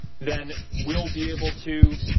then we'll be able to